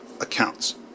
accounts